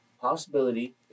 possibility